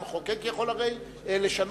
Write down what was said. המחוקק יכול לשנות.